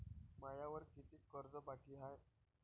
मायावर कितीक कर्ज बाकी हाय?